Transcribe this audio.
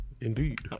Indeed